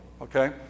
okay